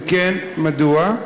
2. אם כן, מדוע?